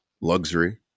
luxury